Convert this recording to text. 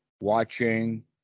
watching